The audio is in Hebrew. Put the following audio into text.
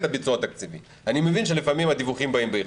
אני מבין שלפעמים הדיווחים באים באיחור.